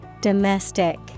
Domestic